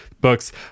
books